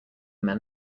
men